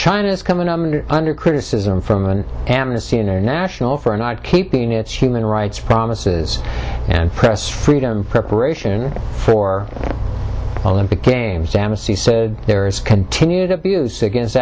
china is coming under criticism from an amnesty international for not keeping its human rights promises and press freedom preparation for olympic games jameses said there is continued abuse against